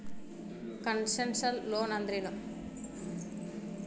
Concessional loan ಅಂದ್ರೇನು?